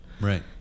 Right